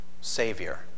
savior